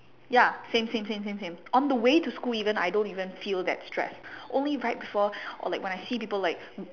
ya same same same same same on the way to school even I don't even feel that stress only right before or like I see people like